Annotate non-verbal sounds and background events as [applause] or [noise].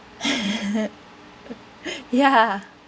[laughs] [breath] ya